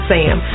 Sam